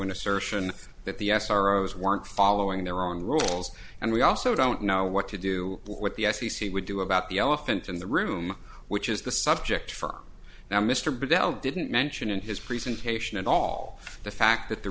an assertion that the s r o is weren't following their own rules and we also don't know what to do what the f c c would do about the elephant in the room which is the subject for now mr bell didn't mention in his presentation at all the fact that the